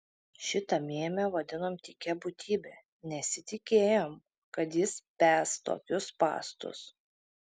šitą mėmę vadinom tykia būtybe nesitikėjom kad jis spęs tokius spąstus